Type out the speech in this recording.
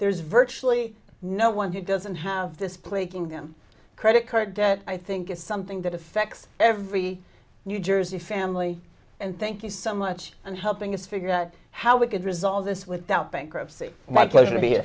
there's virtually no one who doesn't have this plaguing them credit card debt i think it's something that affects every new jersey family and thank you so much and helping us figure out how we could resolve this without bankruptcy my